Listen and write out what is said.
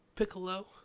Piccolo